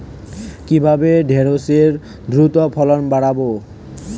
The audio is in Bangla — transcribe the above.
কিভাবে ঢেঁড়সের দ্রুত ফলন বাড়াব?